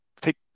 take